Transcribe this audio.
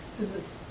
is this